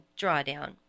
Drawdown